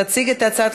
יציג את הצעת